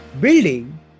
Building